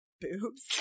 boobs